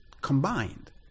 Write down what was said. combined